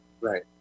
Right